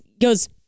goes